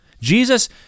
Jesus